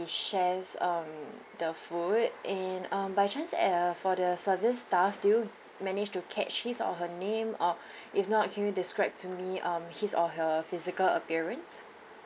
shares um the food and um by chance at uh for the service staff did you manage to catch his or her name or if not can you describe to me um his or her physical appearance